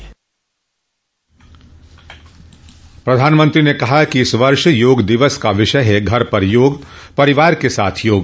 प्रधानमंत्री ने कहा कि इस वर्ष योग दिवस का विषय है घर पर योग परिवार के साथ योग